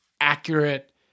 accurate